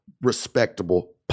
respectable